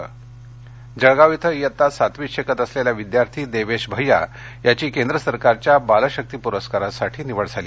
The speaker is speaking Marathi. विशेषप्रस्कार जळगाव जळगाव इथं इयत्ता सातवीत शिकत असलेला विद्यार्थी देवेश भय्या याची केंद्र सरकारच्या बालशक्ती पुरस्कारासाठी निवड झाली